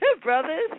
brothers